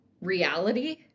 reality